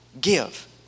give